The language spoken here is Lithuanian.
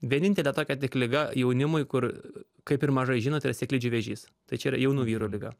vienintelė tokia tik liga jaunimui kur kaip ir mažai žino tai yra sėklidžių vėžys tai čia yra jaunų vyrų liga